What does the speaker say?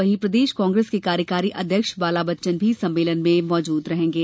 वहीं प्रदेश कांग्रेस के कार्यकारी अध्यक्ष बालाबच्चन भी सम्मेलन में मौजूद रहेंगे